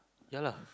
ya lah